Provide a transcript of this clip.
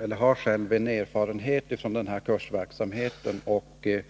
Jag har själv erfarenhet av sådan verksamhet. Det högskolan